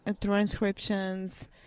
transcriptions